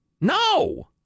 No